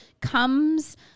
comes